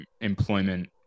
employment